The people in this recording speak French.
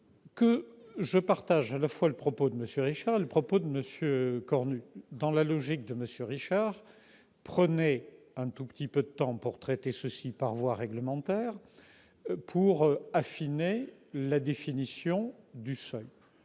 je partage à la fois le propos de M. Richard et le propos de M. Cornu. Dans la logique de M. Richard, vous devez prendre un tout petit peu plus de temps pour traiter cette question par voie réglementaire en affinant la définition du seuil.